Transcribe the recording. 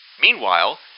Meanwhile